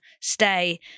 stay